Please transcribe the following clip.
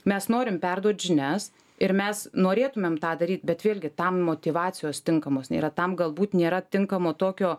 mes norim perduot žinias ir mes norėtumėm tą daryt bet vėlgi tam motyvacijos tinkamos nėra tam galbūt nėra tinkamo tokio